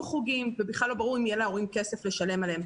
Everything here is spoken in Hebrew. חוגים ובכלל לא ברור אם יהיה להורים כסף לשלם עליהם.